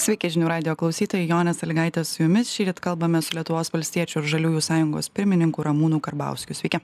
sveiki žinių radijo klausytojai jonė salygaitė su jumis šįryt kalbamės su lietuvos valstiečių ir žaliųjų sąjungos pirmininku ramūnu karbauskiu sveiki